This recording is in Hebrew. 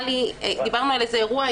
דיברנו על איזה אירוע.